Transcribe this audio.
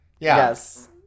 Yes